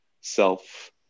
self